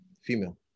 Female